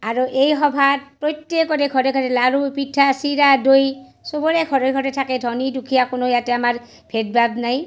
আৰু এই সভাত প্ৰত্যেকৰে ঘৰে ঘৰে লাৰু পিঠা চিৰা দৈ চবৰে ঘৰে ঘৰে থাকে ধনী দুখীয়া কোনো ইয়াতে আমাৰ ভেদ ভাৱ নাই